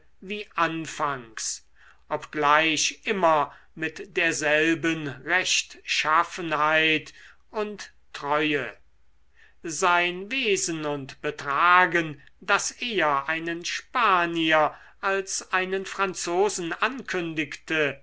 wie anfangs obgleich immer mit derselben rechtschaffenheit und treue sein wesen und betragen das eher einen spanier als einen franzosen ankündigte